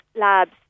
labs